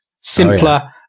simpler